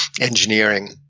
engineering